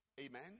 Amen